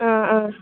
ആ ആ